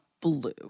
Blue